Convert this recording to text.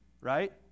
right